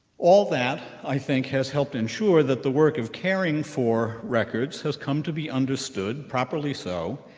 all that, i think, has helped ensure that the work of caring for records has come to be understood, properly so,